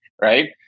right